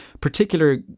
particular